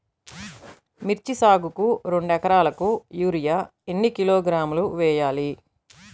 మిర్చి సాగుకు రెండు ఏకరాలకు యూరియా ఏన్ని కిలోగ్రాములు వేయాలి?